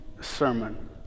sermon